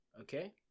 Okay